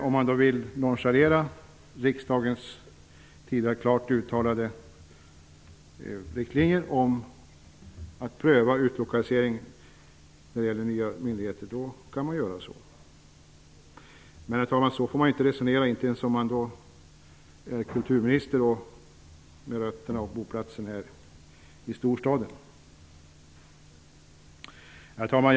Om man då vill nonchalera riksdagens tidigare klart uttalade riktlinjer om att pröva utlokalisering av nya myndigheter kan man göra så. Men så får man inte resonera, herr talman, inte ens om man är kulturminister och har rötterna och boplatsen här i storstaden. Herr talman!